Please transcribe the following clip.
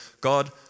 God